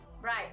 Right